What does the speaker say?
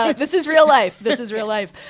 ah this is real life. this is real life.